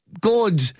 good